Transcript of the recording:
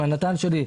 עם הנט"ן שלי,